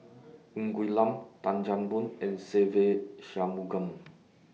Ng Quee Lam Tan Chan Boon and Se Ve Shanmugam